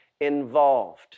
involved